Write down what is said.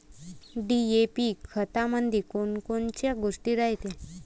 DAP खतामंदी कोनकोनच्या गोष्टी रायते?